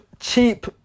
cheap